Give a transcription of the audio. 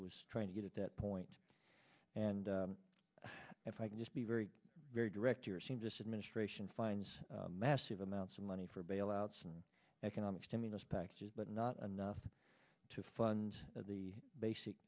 was trying to get at that point and if i can just be very very direct your scheme just administration finds massive amounts of money for bailouts and economic stimulus packages but not enough to fund the basic